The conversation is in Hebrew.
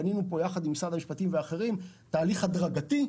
בנינו פה יחד עם משרד המשפטים והאחרים תהליך הדרגתי,